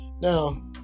Now